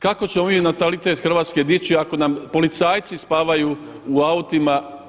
Kako ćemo mi natalitet Hrvatske dići ako nam policajci spavaju u autima?